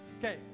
Okay